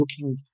looking